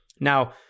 Now